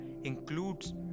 includes